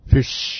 Fish